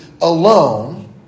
alone